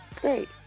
Great